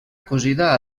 cosida